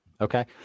Okay